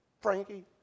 Frankie